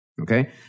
okay